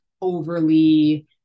overly